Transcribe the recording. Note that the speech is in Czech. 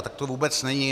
Tak to vůbec není.